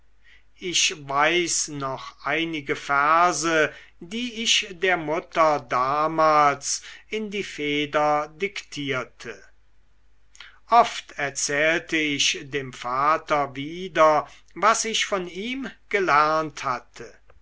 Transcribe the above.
ich weiß noch einige verse die ich der mutter damals in die feder diktierte oft erzählte ich dem vater wieder was ich von ihm gelernt hatte